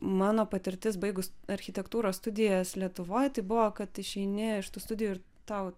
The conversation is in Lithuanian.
mano patirtis baigus architektūros studijas lietuvoj tai buvo kad išeini iš tų studijų ir tau